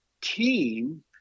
team